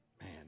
Man